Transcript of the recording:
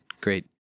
great –